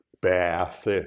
bath